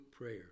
prayer